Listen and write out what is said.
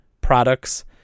products